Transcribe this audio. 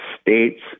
states